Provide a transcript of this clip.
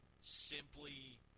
simply